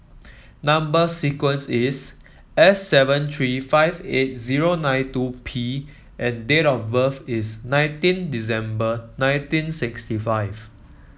number sequence is S seven three five eight zero nine two P and date of birth is nineteen December nineteen sixty five